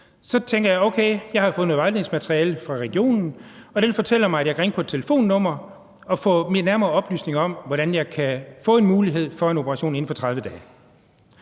Så tænker jeg: Okay, jeg har fået noget vejledningsmateriale fra regionen, og det fortæller mig, at jeg kan ringe på et telefonnummer og få nærmere oplysninger om, hvordan jeg kan få en mulighed for en operation inden for 30 dage.